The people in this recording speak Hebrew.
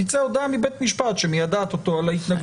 תצא הודעה מבית משפט שמיידעת אותו על ההתנגדות.